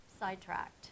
sidetracked